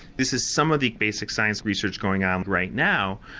this is some of the basic science research going on right now.